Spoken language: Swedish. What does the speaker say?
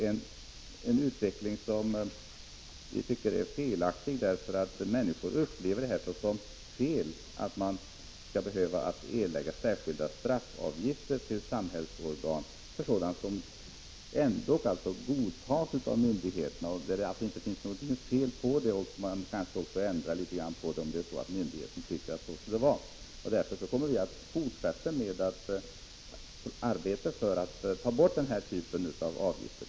Annars blir det en felaktig utveckling, eftersom människor upplever det som oriktigt att de skall erlägga särskilda straffavgifter till samhällsorgan för sådant som ändock godtas av myndigheterna; det är egentligen inte något fel som har begåtts. Därför kommer vi att fortsätta att arbeta för att få bort denna typ av avgifter.